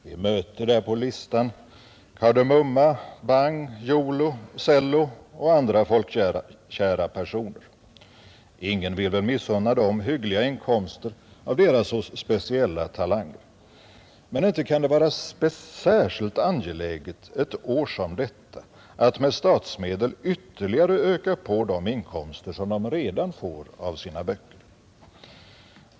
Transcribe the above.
Vi möter där Kar de Mumma, Bang, Jolo, Cello och andra folkkära personer. Ingen vill väl missunna dem hyggliga inkomster av deras speciella talanger. Men inte kan det vara särskilt angeläget ett år som detta att med statsmedel ytterligare öka på de inkomster de redan får av sina böcker.